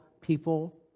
people